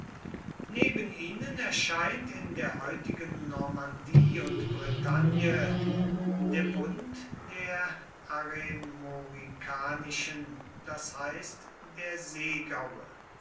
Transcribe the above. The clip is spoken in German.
neben ihnen erscheint in der heutigen normandie und bretagne der bund der aremorikanischen das heißt der seegaue